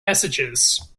messages